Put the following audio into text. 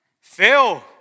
Phil